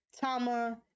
Tama